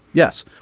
yes.